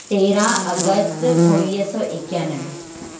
तेरहां अगस्त उणिवीह सौ एक्यानवे